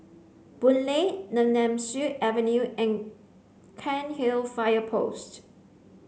Boon Lay Nemesu Avenue and Cairnhill Fire Post